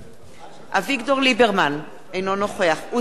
אביגדור ליברמן, אינו נוכח עוזי לנדאו,